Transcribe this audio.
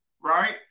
right